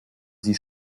sie